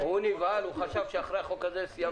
מירב, הוא נבהל שאחרי החוק הזה סיימת.